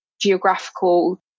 geographical